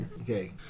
Okay